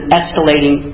escalating